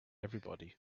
everybody